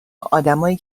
آدمایی